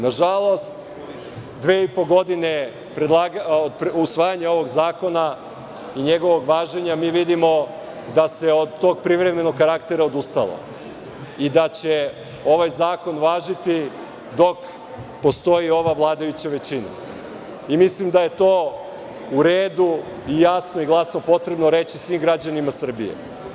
Nažalost, dve i po godine od usvajanja ovog zakona i njegovog važenja mi vidimo da se od tog privremenog karaktera odustalo i da će ovaj zakon važiti dok postoji ova vladajuća većina i mislim da je to u redu i jasno i glasno je potrebno reći svim građanima Srbije.